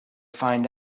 find